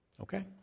Okay